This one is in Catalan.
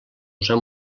usar